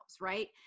right